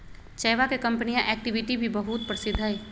चयवा के कंपनीया एक्टिविटी भी बहुत प्रसिद्ध हई